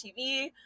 tv